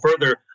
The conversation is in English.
further